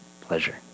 pleasure